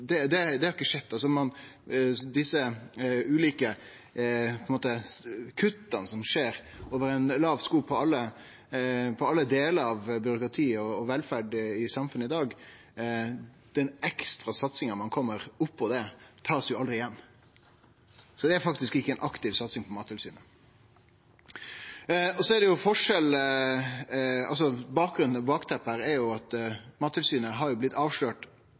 på dyrevelferd. Det er ikkje slik at ein satsar stort på Mattilsynet. Det har ikkje skjedd. Dei ulike kutta som skjer over ein låg sko i alle delar av byråkratiet og i velferda i samfunnet i dag, med den ekstra satsinga som kjem oppå det, blir ikkje tatt igjen. Det er faktisk ikkje ei aktiv satsing på Mattilsynet. Bakteppet her er jo at Mattilsynet har blitt